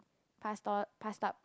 pass on pass up